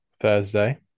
Thursday